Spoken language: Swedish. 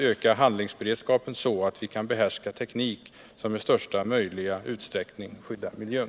Ökad handlingsberedskap så att vi kan behärska teknik som i största möjliga utsträckning skyddar miljön.